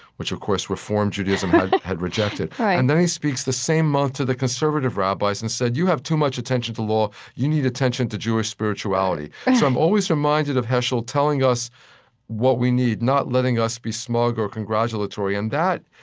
which, of course, reform judaism had had rejected right and then he speaks, the same month, to the conservative rabbis and said, you have too much attention to law. you need attention to jewish spirituality. so i'm always reminded of heschel telling us what we need, not letting us be smug or congratulatory. and that,